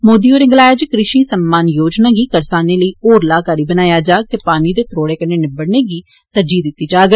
मोदी होरें गलाया जे कृषि सम्मान योजना गी करसानें लेई होर लाहकारी बनाया जाग ते पानी दे त्रोड़े कन्नै निबड़ने गी तरजीह दित्ती जाग